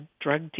drug